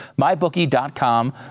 MyBookie.com